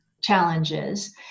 challenges